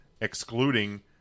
excluding